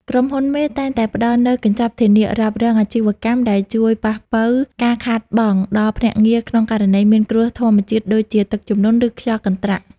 ក្រុមហ៊ុនមេតែងតែផ្ដល់នូវ "កញ្ចប់ធានារ៉ាប់រងអាជីវកម្ម" ដែលជួយប៉ះប៉ូវការខាតបង់ដល់ភ្នាក់ងារក្នុងករណីមានគ្រោះធម្មជាតិដូចជា ទឹកជំនន់ ឬខ្យល់កន្ត្រាក់។